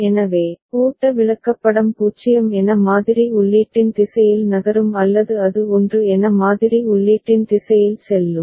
எனவே ஓட்ட விளக்கப்படம் 0 என மாதிரி உள்ளீட்டின் திசையில் நகரும் அல்லது அது 1 என மாதிரி உள்ளீட்டின் திசையில் செல்லும்